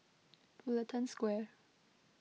Fullerton Square